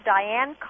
Diane